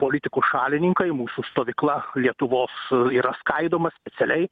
politikų šalininkai mūsų stovykla lietuvos yra skaidoma specialiai